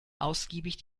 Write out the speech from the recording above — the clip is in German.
ausgiebig